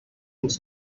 ens